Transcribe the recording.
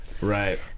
Right